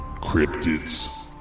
Cryptids